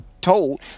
told